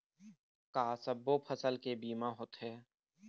का सब्बो फसल के बीमा होथे?